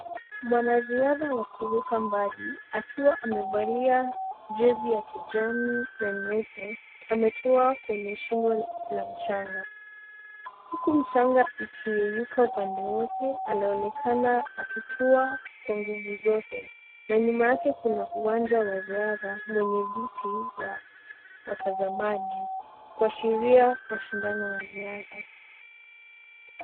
Mwanariadha wa kuruka mbali akiwa amevalia jersey ya kijani na nyeupe ametoa kwenye shingo la mchanga, huku mchanga ikiyeyuka upande wote anaonekana akitua kwa nguvu zote na nyuma yake kuna uwanja wa riadha mwenye viti wa watazamaji kwa sheria mashindano ya riadha .